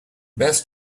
best